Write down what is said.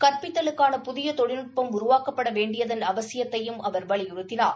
கற்பித்தலுக்கான புதிய தொழில்நுட்பம் உருவாக்கப்பட வேண்டியதன் அவசியத்தையும் அவர் வலியுறுத்தினார்